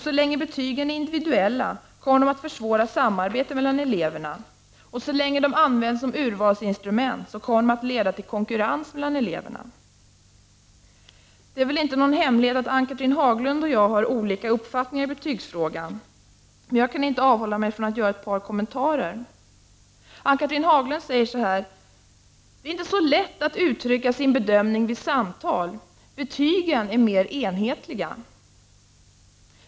Så länge betygen är individuella kommer det att försvåra samarbetet mellan eleverna, och så länge de används som urvalsinstrument kommer de att leda till konkurrens mellan eleverna. Det är inte någon hemlighet att Ann-Cathrine Haglund och jag har olika uppfattningar i betygsfrågan, men jag kan inte avhålla mig från att göra ett par kommentarer. Ann-Cathrine Haglund säger: Det är inte så lätt att uttrycka sin bedömning vid samtal. Betygen är mer enhetliga.